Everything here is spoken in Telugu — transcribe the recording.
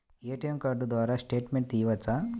ఏ.టీ.ఎం కార్డు ద్వారా స్టేట్మెంట్ తీయవచ్చా?